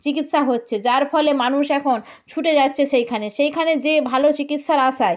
চিকিৎসা হচ্ছে যার ফলে মানুষ এখন ছুটে যাচ্ছে সেইখানে সেইখানে গিয়ে ভালো চিকিৎসার আশায়